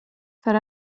för